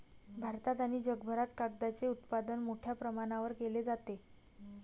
भारतात आणि जगभरात कागदाचे उत्पादन मोठ्या प्रमाणावर केले जाते